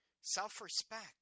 self-respect